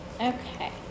okay